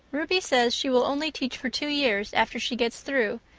ruby says she will only teach for two years after she gets through,